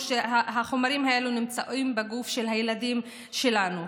שהחומרים אלו נמצאים בגוף של הילדים שלנו.